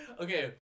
Okay